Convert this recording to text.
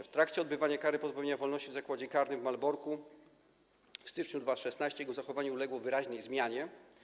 W trakcie odbywania kary pozbawienia wolności w Zakładzie Karnym w Malborku w styczniu 2016 r. jego zachowanie uległo wyraźnej zmianie.